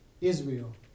Israel